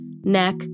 neck